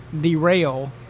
derail